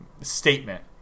statement